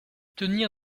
tenir